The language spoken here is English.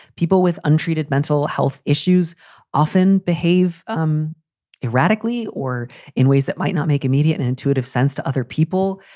people with untreated mental health issues often behave um erratically or in ways that might not make immediate and intuitive sense to other people.